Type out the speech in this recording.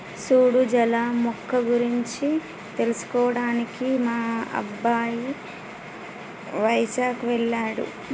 సూడు జల మొక్క గురించి తెలుసుకోవడానికి మా అబ్బాయి వైజాగ్ వెళ్ళాడు